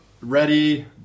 ready